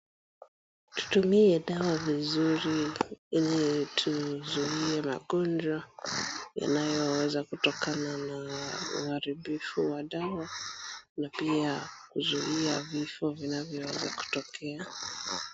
Tutumie dawa vizuri ili tuzuie magonjwa yanayoweza kutokana na uharibifu wa dawa na pia kuzuia vifo vinavyoweza kutokea.